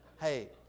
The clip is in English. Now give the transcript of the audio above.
Hey